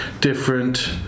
different